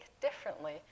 differently